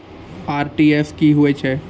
RTGS की होय छै?